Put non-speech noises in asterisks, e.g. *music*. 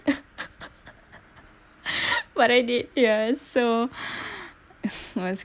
*laughs* but I did ya so *breath* it was